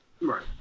right